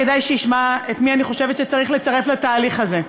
כדאי שישמע את מי אני חושבת שצריך לצרף לתהליך הזה.